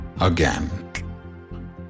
again